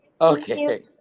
Okay